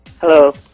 Hello